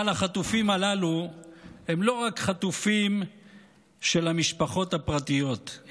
אבל החטופים הללו הם לא רק חטופים של המשפחות הפרטיות,